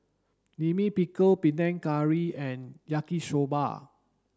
Lime Pickle Panang Curry and Yaki soba